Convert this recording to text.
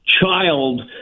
child